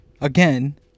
Again